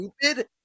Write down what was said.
stupid